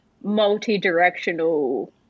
multi-directional